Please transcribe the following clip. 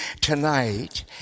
tonight